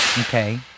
Okay